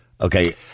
okay